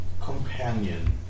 companion